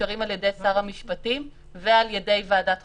ומאושרים על ידי שר המשפטים וועדת החוקה.